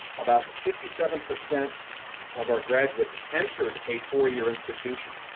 about fifty seven percent of our graduates entered a four year institution.